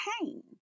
pain